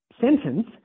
sentence